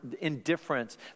indifference